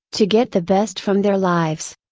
to get the best from their lives.